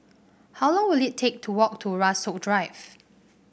how long will it take to walk to Rasok Drive